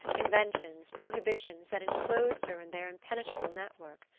conventions, prohibitions that enclosed her in their impenetrable net-work.